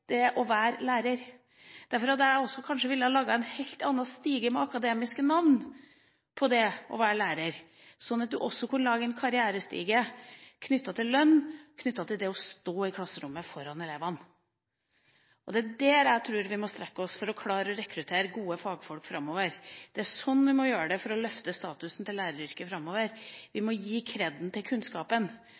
å være lærer. Det er derfor jeg kanskje også ville laget en helt annen stige med akademiske navn på det å være lærer, sånn at du også kunne lage en karrierestige knyttet til lønn og knyttet til det å stå i klasserommet foran elevene. Det er der jeg tror vi må strekke oss for å klare å rekruttere gode fagfolk framover. Det er sånn vi må gjøre det for å løfte statusen til læreryrket framover. Vi må gi «kreden» til kunnskapen.